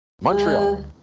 Montreal